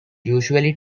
usually